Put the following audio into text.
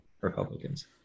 republicans